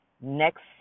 next